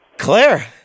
Claire